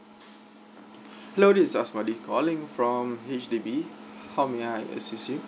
hello this is asmadi calling from H_D_B how may I assist you